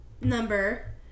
number